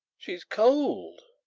she's cold